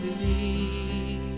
believe